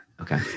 Okay